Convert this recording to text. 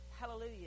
hallelujah